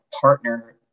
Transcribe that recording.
partner